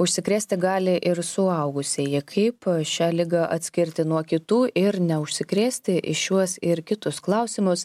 užsikrėsti gali ir suaugusieji kaip šią ligą atskirti nuo kitų ir neužsikrėsti į šiuos ir kitus klausimus